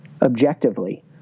objectively